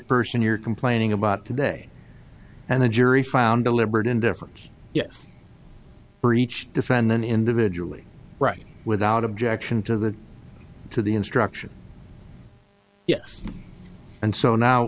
person you're complaining about today and the jury found deliberate indifference yes breach defend them individually right without objection to the to the instruction yes and so now